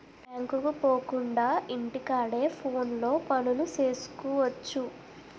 బ్యాంకుకు పోకుండా ఇంటి కాడే ఫోనులో పనులు సేసుకువచ్చు